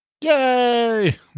Yay